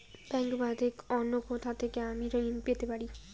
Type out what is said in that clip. Bank বাদে অন্য কোথা থেকে আমি ঋন পেতে পারি?